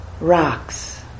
rocks